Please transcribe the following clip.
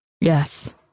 Yes